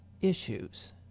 issues